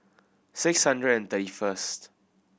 six hundred and thirty first